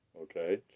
Okay